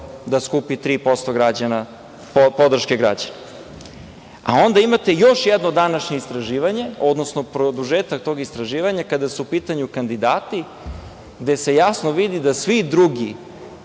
da skupi 3% podrške građana.A onda imate još jedno današnje istraživanje, odnosno produžetak tog istraživanja kada su u pitanju kandidati, gde se jasno vidi da svi drugi